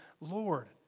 Lord